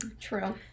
true